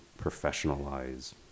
professionalize